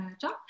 job